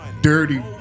Dirty